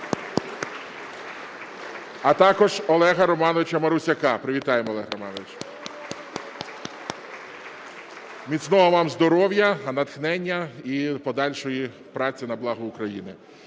А також Олега Романовича Марусяка. Привітаємо Олега Романовича. (Оплески) Міцного вам здоров'я, натхнення і подальшої праці на благо України.